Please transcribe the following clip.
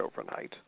overnight